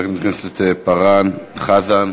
חברת הכנסת פארן, חזן,